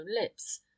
lips